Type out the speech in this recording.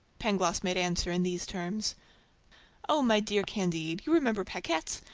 pangloss made answer in these terms oh, my dear candide, you remember paquette,